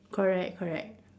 correct correct